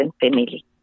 family